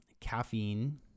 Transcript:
caffeine